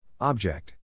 Object